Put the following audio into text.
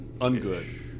ungood